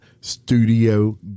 studio